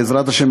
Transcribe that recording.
בעזרת השם,